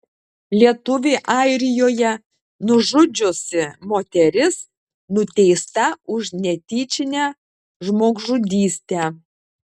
lietuvį airijoje nužudžiusi moteris nuteista už netyčinę žmogžudystę